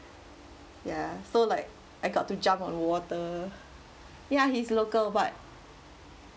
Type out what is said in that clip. ya so like I got to jump on water yeah he's local but